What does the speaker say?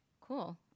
cool